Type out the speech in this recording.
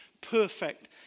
perfect